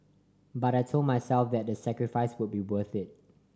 but I told myself that the sacrifice would be worth it